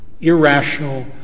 irrational